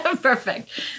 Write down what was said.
perfect